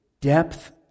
depth